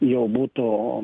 jau būtų